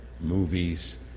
movies